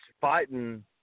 fighting